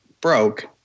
broke